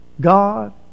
God